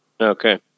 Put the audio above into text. Okay